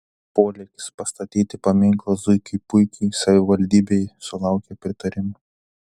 polėkis pastatyti paminklą zuikiui puikiui savivaldybėje sulaukė pritarimo